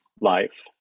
life